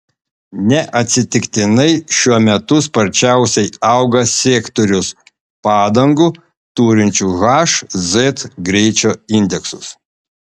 neatsitiktinai šiuo metu sparčiausiai auga sektorius padangų turinčių h z greičio indeksus